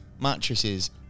mattresses